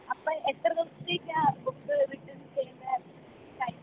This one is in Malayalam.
അപ്പം എത്ര ദിവസത്തേക്കാ ബുക്ക് റിട്ടേൺ ചെയ്യേണ്ട ടൈം